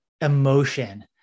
emotion